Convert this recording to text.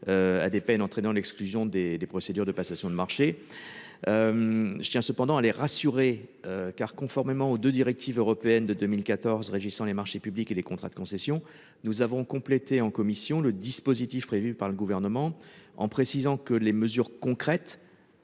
À des peines entraînant l'exclusion des des procédures de passation de marchés. Je tiens cependant à les rassurer. Car conformément aux de directive européenne de 2014 régissant les marchés publics et les contrats de concession. Nous avons complété en commission le dispositif prévu par le gouvernement, en précisant que les mesures concrètes.